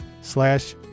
slash